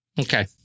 Okay